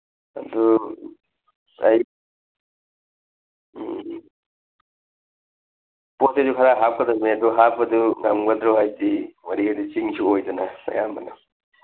ꯑꯗꯨ ꯑꯩ ꯎꯝ ꯄꯣꯠ ꯆꯩꯁꯨ ꯈꯔ ꯍꯥꯞꯀꯗꯝꯅꯤ ꯑꯗꯨ ꯍꯥꯞꯄꯗꯨ ꯉꯝꯒꯗ꯭ꯔꯣ ꯍꯥꯏꯗꯤ ꯃꯣꯔꯦ ꯍꯥꯏꯁꯤ ꯆꯤꯡꯁꯨ ꯑꯣꯏꯗꯅ ꯑꯌꯥꯝꯕꯅ